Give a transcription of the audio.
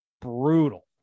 brutal